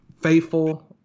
faithful